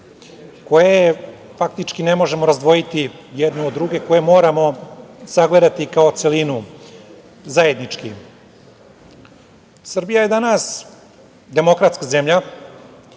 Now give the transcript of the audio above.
koje faktički ne možemo razdvojiti jednu od druge, koje moramo sagledati kao celinu, zajednički. Srbija je danas demokratska zemlja,